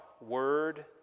Word